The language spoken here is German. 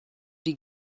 die